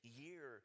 year